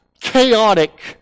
chaotic